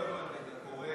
לא הבנתי, אתה קורא